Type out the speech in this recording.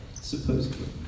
supposedly